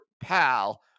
pal